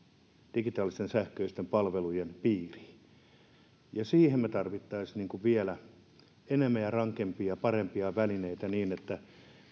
digitaalisten sähköisten palvelujen piiriin siihen me tarvitsisimme vielä enemmän ja rankempia ja parempia välineitä niin että